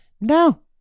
No